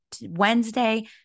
Wednesday